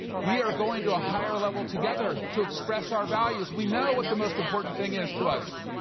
we are going to a higher level together to express our values, we know what the most important thing is to us.